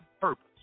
purpose